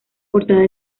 portada